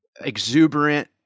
exuberant